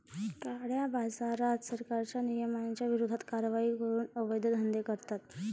काळ्याबाजारात, सरकारच्या नियमांच्या विरोधात कारवाई करून अवैध धंदे करतात